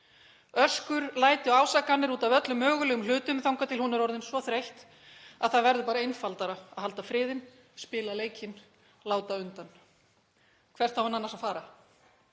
Öskur, læti og ásakanir út af öllum mögulegum hlutum þangað til hún er orðin svo þreytt að það verður einfaldara að halda friðinn, spila leikinn, láta undan. Hvert á hún annars að fara?